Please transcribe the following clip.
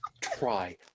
try